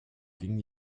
ging